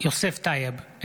יוסף טייב,